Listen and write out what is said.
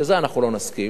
ולזה אנחנו לא נסכים.